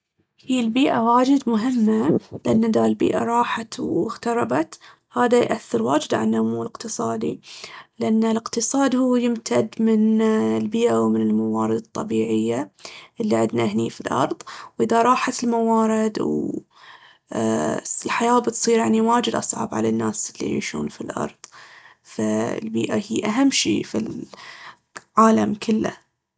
هي البيئة واجد مهمة، لأن اذا البيئة راحت واختربت هاذا يأثر واجد على النمو الاقتصادي. لأن الاقتصاد هو يمتد من البيئة ومن الموارد الطبيعية اللي عندنا هني في الأرض. وإذا راحت الموارد الحياة بتصير يعني وايد أصعب على الناس اللي يعيشون في الأرض. فالبيئة هي أهم شي في العالم كله.